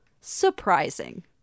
surprising